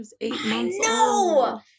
No